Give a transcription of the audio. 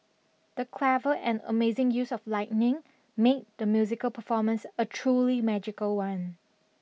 the clever and amazing use of lightning made the musical performance a truly magical one